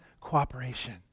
cooperation